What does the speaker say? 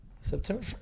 September